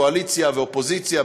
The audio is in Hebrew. קואליציה ואופוזיציה,